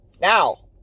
Now